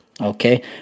Okay